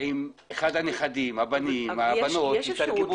עם אחד הנכדים, הבנים או הבנות שיתרגמו לו.